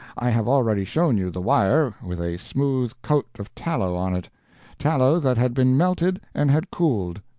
i have already shown you the wire, with a smooth coat of tallow on it tallow that had been melted and had cooled.